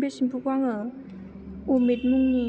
बे सेम्फुखौ आङो उमेद मुंनि